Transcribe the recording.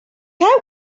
out